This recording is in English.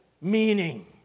meaning